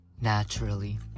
naturally